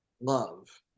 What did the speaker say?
love